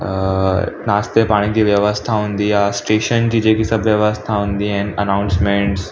अ नाश्ते पाणी जी व्यवस्था हूंदी आहे स्टेशन जी जेकी सभु व्यवस्था हूंदी आहिनि अनाउंसमैंट्स